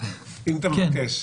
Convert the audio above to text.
אם אתה מבקש.